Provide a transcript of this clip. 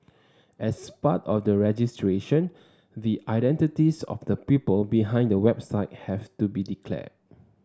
as part of the registration the identities of the people behind the website have to be declared